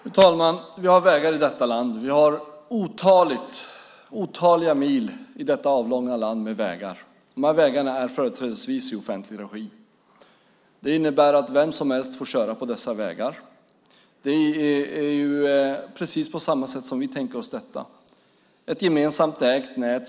Fru talman! Vi har vägar i detta land. Vi har otaliga mil med vägar i detta avlånga land. Dessa vägar är företrädesvis i offentlig regi. Det innebär att vem som helst får köra på dessa vägar. Det är precis på samma sätt som vi tänker oss detta - ett gemensamt ägt nät.